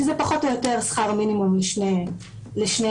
שזה פחות או יותר שכר מינימום לשני ההורים,